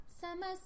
summer